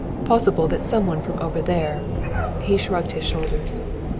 possible that some one from over there he shrugged his shoulders.